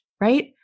right